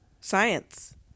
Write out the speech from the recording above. science